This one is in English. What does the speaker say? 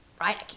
right